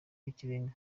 y’ikirenga